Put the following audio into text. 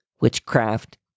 witchcraft